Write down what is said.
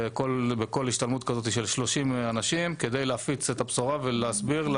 בכל השתלמות כזאת יש 30 אנשים כדי להפיץ את הבשורה ולהסביר,